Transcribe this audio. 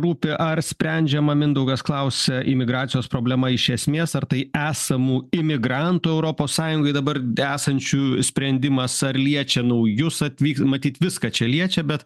rūpi ar sprendžiama mindaugas klausia imigracijos problema iš esmės ar tai esamų imigrantų europos sąjungai dabar desančių sprendimas ar liečia naujus atvykt matyt viską čia liečia bet